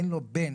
אין לו בן,